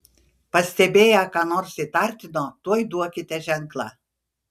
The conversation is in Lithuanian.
pastebėję ką nors įtartino tuoj duokite ženklą